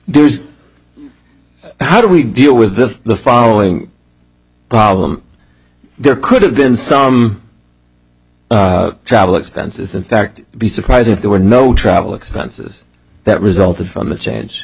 there's how do we deal with the following problem there could have been some travel expenses in fact be surprising if there were no travel expenses that resulted from the change